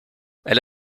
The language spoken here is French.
elle